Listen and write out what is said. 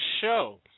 show